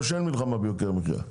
או שאין מלחמה ביוקר המחיה,